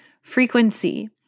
frequency